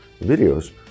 videos